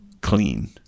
clean